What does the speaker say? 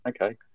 Okay